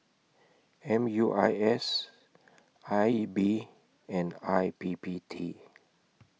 M U I S I B and I P P T